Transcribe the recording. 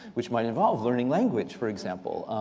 which might involve learning language, for example,